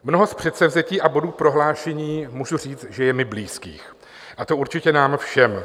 Mnoho z předsevzetí a bodů v prohlášení, můžu říct, že je mi blízkých, a to určitě nám všem.